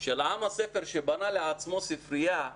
של עם הספר שבנה לעצמו ספרייה,